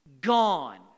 gone